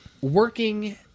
working